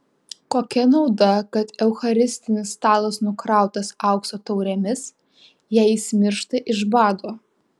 kokia nauda kad eucharistinis stalas nukrautas aukso taurėmis jei jis miršta iš bado